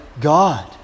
God